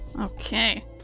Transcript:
Okay